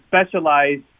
specialized